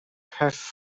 have